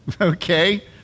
okay